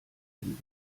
den